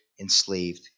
enslaved